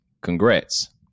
Congrats